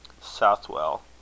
SOUTHWELL